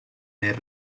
nel